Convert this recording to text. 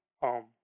home